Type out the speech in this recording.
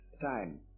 time